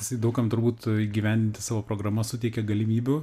jisai daug kam turbūt įgyvendinti savo programas suteikia galimybių